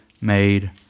made